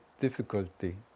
difficulty